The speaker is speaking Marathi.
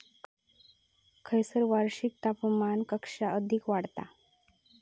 खैयसर वार्षिक तापमान कक्षा अधिक आढळता?